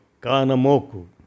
Kanamoku